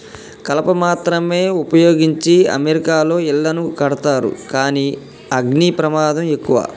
కలప మాత్రమే వుపయోగించి అమెరికాలో ఇళ్లను కడతారు కానీ అగ్ని ప్రమాదం ఎక్కువ